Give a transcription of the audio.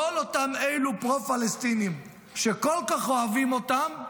כל אותם אלו פרו-פלסטינים שכל כך אוהבים אותם,